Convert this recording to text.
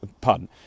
pardon